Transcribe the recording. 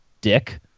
dick